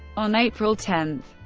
on april ten,